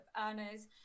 earners